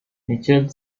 michel